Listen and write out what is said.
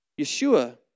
Yeshua